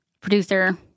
producer